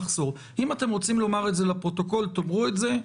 אם אתם רוצים לומר את זה לפרוטוקול, תאמרו את זה.